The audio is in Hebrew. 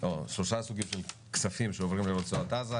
או שלושה סוגים של כספים שעוברים לרצועת עזה,